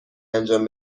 انجام